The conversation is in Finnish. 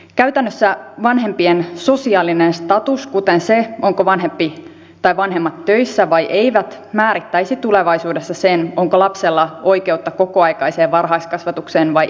käytännössä vanhempien sosiaalinen status kuten se ovatko vanhempi tai vanhemmat töissä vai eivät määrittäisi tulevaisuudessa sen onko lapsella oikeutta kokoaikaiseen varhaiskasvatukseen vai ei